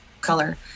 Color